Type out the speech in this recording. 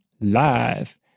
Live